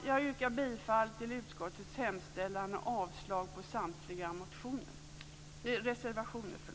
Jag yrkar bifall till utskottets hemställan och avslag på samtliga reservationer.